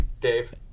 Dave